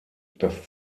das